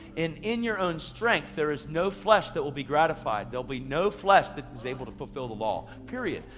and in your own strength there is no flesh that will be gratified. they'll be no flesh that is able to fulfill the law. period.